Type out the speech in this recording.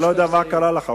אני לא יודע מה קרה לך,